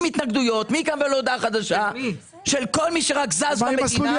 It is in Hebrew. עם התנגדויות מי יקבל הודעה חדשה של כל מי שרק זז במדינה,